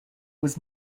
was